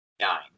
Nine